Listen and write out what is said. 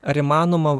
ar įmanoma